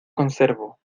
conservo